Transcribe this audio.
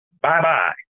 Bye-bye